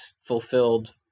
fulfilled